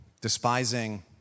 despising